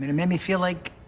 made me feel like,